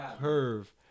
Curve